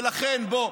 ולכן, בוא.